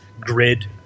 grid